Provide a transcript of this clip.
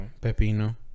pepino